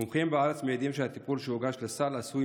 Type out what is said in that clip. מומחים בארץ מעידים שהטיפול שהוגש לסל עשוי